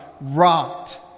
rocked